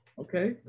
Okay